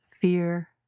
fear